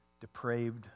depraved